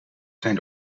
zijn